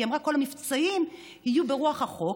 היא אמרה: כל המבצעים יהיו ברוח החוק,